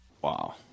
Wow